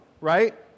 right